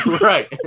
right